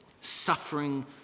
Suffering